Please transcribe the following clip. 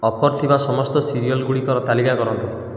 offer ଥିବା ସମସ୍ତ serial ଗୁଡ଼ିକର ତାଲିକା କରନ୍ତୁ